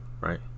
Right